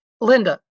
Linda